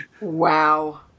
Wow